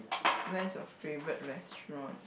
where's your favourite restaurant